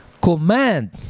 Command